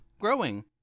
growing